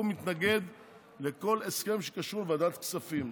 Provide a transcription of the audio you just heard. הוא מתנגד לכל הסכם שקשור לוועדת כספים.